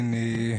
כן,